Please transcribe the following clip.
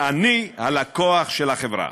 אני הלקוח של החברה.